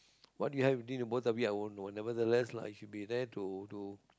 what you have between the both of you I won't know nevertheless lah he should be there to to to